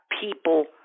people